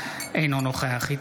אינו נוכח מירב בן ארי,